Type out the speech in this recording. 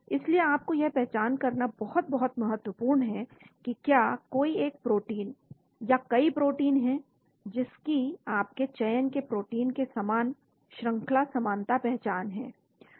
इसलिए आपको यह पहचान करना बहुत बहुत महत्वपूर्ण है की क्या कोई एक प्रोटीन या कई प्रोटीन है जिसकी आपके चयन के प्रोटीन के समान श्रंखला समानता पहचान है